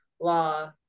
law